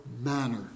manner